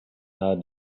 how